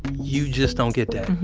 you just don't get